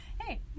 Hey